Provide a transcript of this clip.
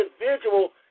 individual